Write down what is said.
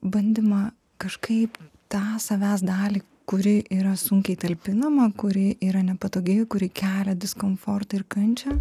bandymą kažkaip tą savęs dalį kuri yra sunkiai talpinama kuri yra nepatogi kuri kelia diskomfortą ir kančią